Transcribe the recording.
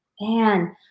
Man